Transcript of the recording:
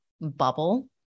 bubble